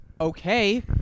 okay